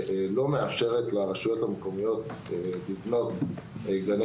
שלא מאפשרת לרשויות המקומיות לבנות גנים